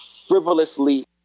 frivolously